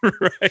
Right